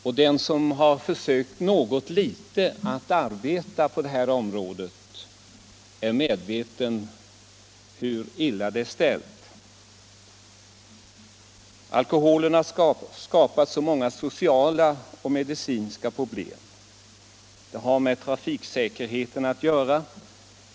Och den som något litet har försökt arbeta på området är medveten om hur illa det är ställt. Alkoholen har skapat så många sociala och medicinska problem. Det har med trafiksäkerheten att göra.